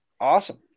Awesome